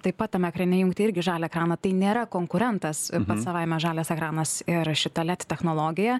taip pat tame ekrane įjungti irgi žalią ekraną tai nėra konkurentas pats savaime žalias ekranas ir šita led technologija